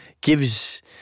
gives